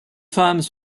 femmes